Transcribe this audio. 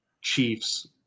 Chiefs